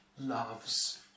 loves